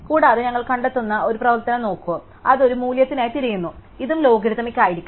കൂടാതെ ഞങ്ങൾ കണ്ടെത്തുന്ന ഒരു പ്രവർത്തനം നോക്കും അത് ഒരു മൂല്യത്തിനായി തിരയുന്നു ഇതും ലോഗരിഥമിക് ആയിരിക്കും